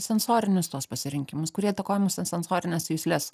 sensorinius tuos pasirinkimus kurie įtakoja mūsų sensorines jusles